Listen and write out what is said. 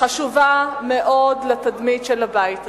חשובה מאוד לתדמית של הבית הזה.